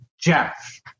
Jeff